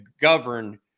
govern